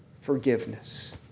forgiveness